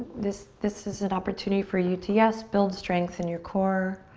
this this is an opportunity for you to yes build strength in your core.